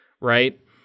right